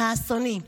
האסוני,